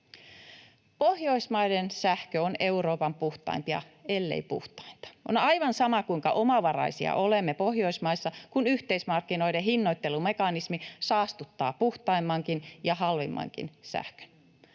Pohjoismaiden sähkö on Euroopan puhtaimpia, ellei puhtainta. On aivan sama, kuinka omavaraisia olemme Pohjoismaissa, kun yhteismarkkinoiden hinnoittelumekanismi saastuttaa puhtaimmankin ja halvimmankin sähkön.